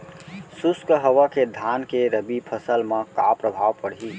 शुष्क हवा के धान के रबि फसल मा का प्रभाव पड़ही?